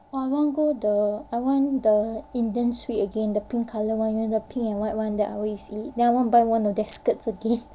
oh I want to go the I want the indian sweet again the pink colour one you know the pink and white one I always eat then I want to buy one of the skirts again